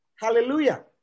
Hallelujah